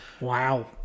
Wow